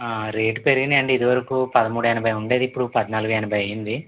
rate పెరిగినాయి అండి ఇదివరకు పదమూడు ఎనభై ఉండేది ఇప్పుడు పద్నాలుగు ఎనభై అయ్యింది